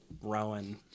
Rowan